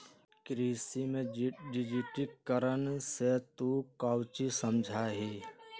कृषि में डिजिटिकरण से तू काउची समझा हीं?